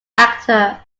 actor